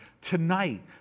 tonight